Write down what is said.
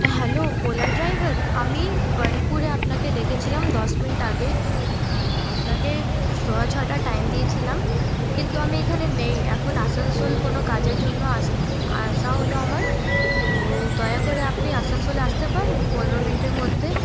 hello Ola driver আমি বার্নপুরে আপনাকে ডেকেছিলাম দশ মিনিট আগে আপনাকে সওয়া ছটা টাইম দিয়েছিলাম কিন্তু আমি এখানে নেই এখন আসানসোল কোনো কাজের জন্য আসা হলো আমার তো দয়া করে আপনি আসানসোলে আসতে পারেন পনেরো মিনিটের মধ্যে